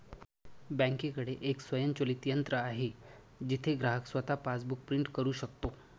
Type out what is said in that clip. बँकेकडे एक स्वयंचलित यंत्र आहे जिथे ग्राहक स्वतः पासबुक प्रिंट करू शकतो